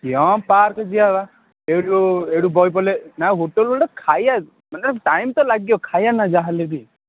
କ'ଣ ପାର୍କ ଯିବା ବା ଏଇଠୁ ଏଇଠୁ ବସି ପଡ଼ିଲେ ନା ହୋଟେଲ୍ ଗୋଟେ ଖାଇବା ମାନେ ଟାଇମ୍ ତ ଲାଗିବ ଖାଇବା ନାଁ ଯାହା ହେଲେ ବି